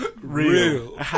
real